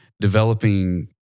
developing